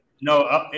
no